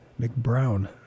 McBrown